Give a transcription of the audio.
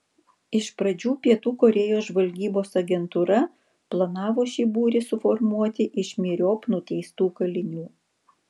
iš pradžių pietų korėjos žvalgybos agentūra planavo šį būrį suformuoti iš myriop nuteistų kalinių